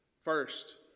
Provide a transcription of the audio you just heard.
First